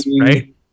Right